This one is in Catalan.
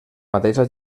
mateixa